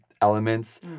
elements